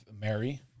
Mary